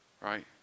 right